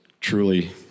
truly